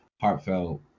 heartfelt